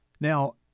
Now